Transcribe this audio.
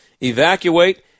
evacuate